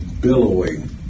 billowing